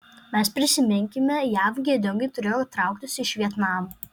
mes prisiminkime jav gėdingai turėjo trauktis iš vietnamo